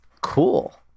cool